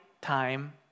time